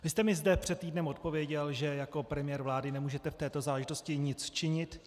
Vy jste mi zde před týdnem odpověděl, že jako premiér vlády nemůžete v této záležitosti nic činit.